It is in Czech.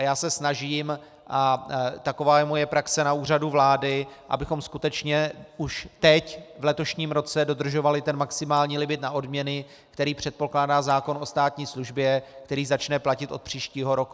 Já se snažím, a taková je moje praxe na úřadu vlády, abychom skutečně už teď, v letošním roce, dodržovali ten maximální limit na odměny, který předpokládá zákon o státní službě, který začne platit od příštího roku.